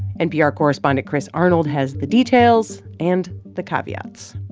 npr correspondent chris arnold has the details and the caveats